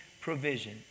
provision